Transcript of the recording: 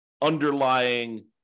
underlying